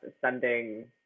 sending